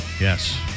Yes